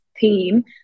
theme